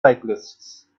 cyclists